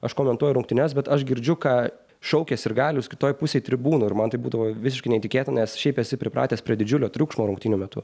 aš komentuoju rungtynes bet aš girdžiu ką šaukė sirgalius kitoj pusėj tribūnų ir man tai būdavo visiškai neįtikėtina nes šiaip esi pripratęs prie didžiulio triukšmo rungtynių metu